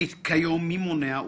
כיום מי מונע,